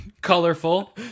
Colorful